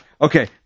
Okay